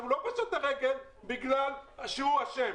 והוא לא פושט רגל בגלל שהוא אשם,